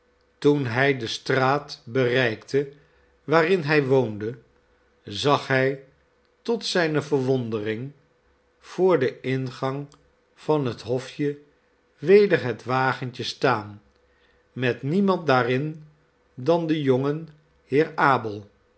toen hij de straat bereikte waarin hij woonde zag hij tot zijne verwondering voor den ingang van het hofje weder het wagentje staan met niemand daarin dan den jongen heer abel